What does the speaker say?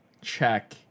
check